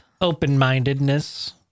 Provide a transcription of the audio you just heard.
Open-mindedness